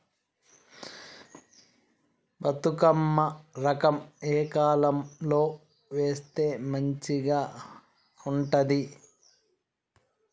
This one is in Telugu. బతుకమ్మ రకం ఏ కాలం లో వేస్తే మంచిగా ఉంటది?